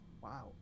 Wow